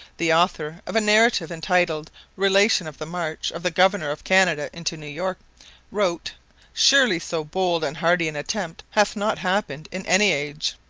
the author of a narrative entitled relation of the march of the governor of canada into new york wrote surely so bold and hardy an attempt hath not happened in any age